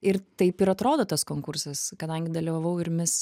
ir taip ir atrodo tas konkursas kadangi dalyvavau ir mis